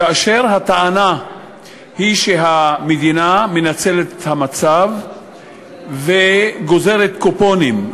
כאשר הטענה היא שהמדינה מנצלת את המצב וגוזרת קופונים.